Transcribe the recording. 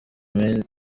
imizi